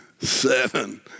seven